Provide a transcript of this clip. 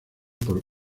por